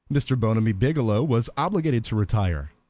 mr. bonamy biggielow was obliged to retire.